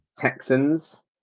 Texans